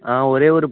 ஆ ஒரே ஒரு